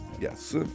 Yes